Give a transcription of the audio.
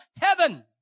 heaven